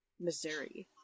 Missouri